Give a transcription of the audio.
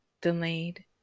delayed